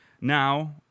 Now